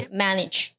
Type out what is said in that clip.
manage